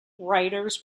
writers